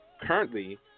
Currently